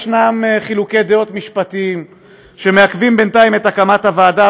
יש חילוקי דעות משפטיים שמעכבים בינתיים את הקמת הוועדה.